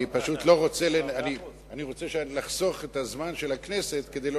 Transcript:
אני רוצה לחסוך את הזמן של הכנסת כדי לא